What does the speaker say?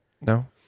No